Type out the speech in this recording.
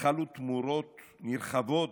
חלו תמורות נרחבות